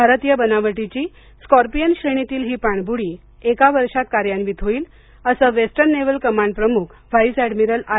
भारतीय बनावटीची स्कोर्पियन श्रेणीतील ही पाणबुडी एका वर्षात कार्यान्वित होईल असं वेस्टर्न नव्हल कमांड प्रमुख व्हाईस एडमिरल आर